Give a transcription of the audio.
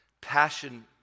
Passion